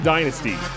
Dynasty